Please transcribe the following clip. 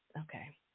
okay